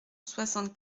soixante